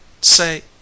say